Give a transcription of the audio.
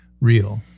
real